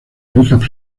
ricas